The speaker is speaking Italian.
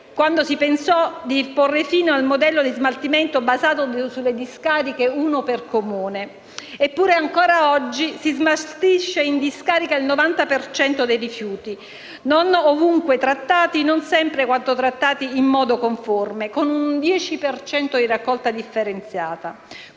quando si pensò di porre fine al modello di smaltimento basato sulle discariche (una per Comune). Eppure, ancora oggi, si smaltisce in discarica il 90 per cento dei rifiuti, non ovunque e non sempre trattati in modo conforme, con un 10 per cento di raccolta differenziata: